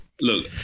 look